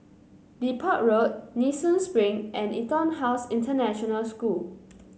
Depot Road Nee Soon Spring and EtonHouse International School